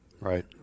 Right